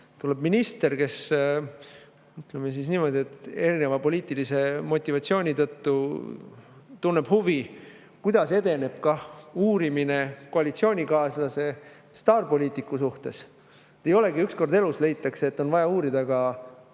ajal minister, kes, ütleme niimoodi, teistsuguse poliitilise motivatsiooni tõttu tunneb huvi, kuidas edeneb uurimine koalitsioonikaaslase staarpoliitiku suhtes. Kui üks kord elus leitakse, et on vaja uurida ka